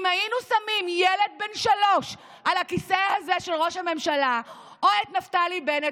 אם היינו שמים ילד בן שלוש על הכיסא הזה של ראש הממשלה או את נפתלי בנט,